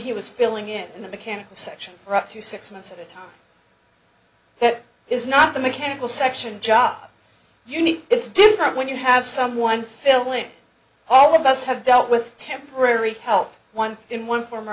he was filling it in the mechanical section for up to six months at a time it is not the mechanical section job you need it's different when you have someone filling all of us have dealt with temporary help one in one form or